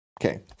Okay